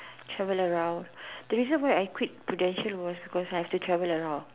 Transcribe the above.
travel around the reason why I quit Prudential was cause I have to travel around